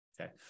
Okay